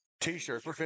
t-shirts